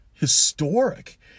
historic